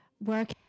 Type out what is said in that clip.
work